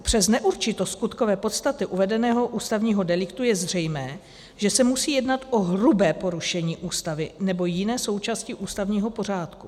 Přes neurčitost skutkové podstaty uvedeného ústavního deliktu je zřejmé, že se musí jednat o hrubé porušení Ústavy nebo jiné součásti ústavního pořádku.